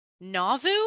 Nauvoo